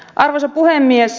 arvoisa puhemies